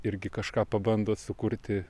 irgi kažką pabando sukurti